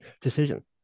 decision